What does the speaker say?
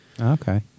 Okay